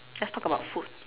let's talk about food